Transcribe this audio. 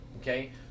okay